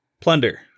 plunder